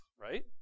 right